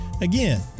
Again